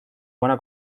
buena